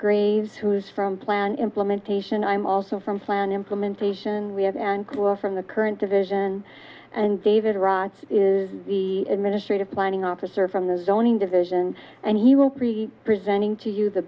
graves who's from plan implementation i'm also from plan implementation we have and grow from the current division and david roger is the administrative planning officer from the zoning division and he will preach presenting to you the